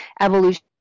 evolution